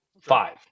Five